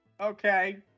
Okay